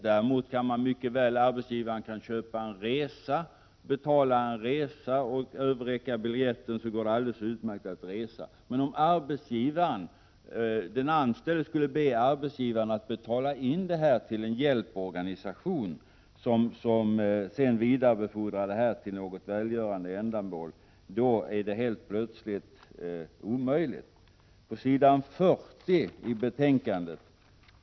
Däremot kan arbetsgivaren mycket väl betala en resa och överräcka biljetten — då går det alldeles utmärkt att få skattefrihet. Men om den anställde skulle be arbetsgivaren att betala in beloppet till en hjälporganisation som sedan vidarebefordrar det till något välgörande ändamål är det plötsligt helt omöjligt att få skattefrihet för det.